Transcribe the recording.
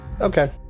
Okay